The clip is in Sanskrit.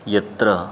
यत्र